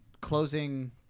Closing